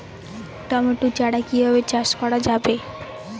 Tomato চারা কিভাবে চাষ করা যাবে?